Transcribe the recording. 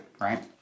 right